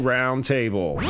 Roundtable